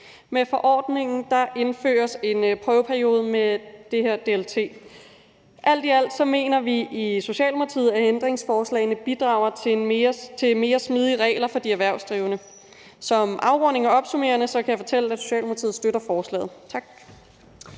Med forordningen indføres en prøveperiode med DLT. Alt i alt mener vi i Socialdemokratiet, at ændringsforslagene bidrager til mere smidige regler for de erhvervsdrivende. Som afrunding og opsummerende kan jeg fortælle, at Socialdemokratiet støtter forslaget.